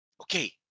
Okay